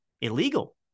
illegal